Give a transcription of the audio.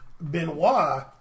Benoit